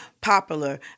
popular